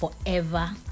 forever